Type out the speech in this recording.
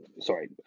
sorry